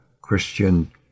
Christian